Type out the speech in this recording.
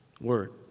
word